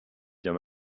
bien